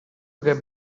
get